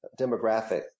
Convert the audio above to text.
demographic